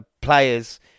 players